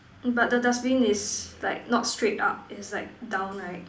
but the dustbin is like not straight up is like down right